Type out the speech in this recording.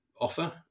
offer